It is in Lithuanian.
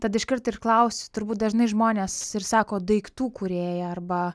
tad iškart ir klausiu turbūt dažnai žmonės ir sako daiktų kūrėja arba